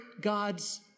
God's